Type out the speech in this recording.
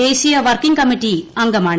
ദേശീയ working committee അംഗമാണ്